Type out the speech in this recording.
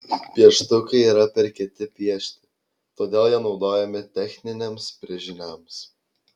pieštukai yra per kieti piešti todėl jie naudojami techniniams brėžiniams